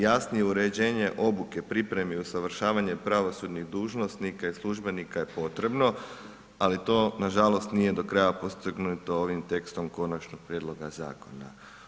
Jasnije uređenje obuke u pripremi i usavršavanje pravosudnih dužnosnika i službenika je potrebno ali to nažalost nije do kraja postignuto ovih tekstom konačnog prijedloga zakona.